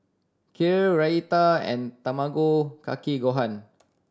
Kheer Raita and Tamago Kake Gohan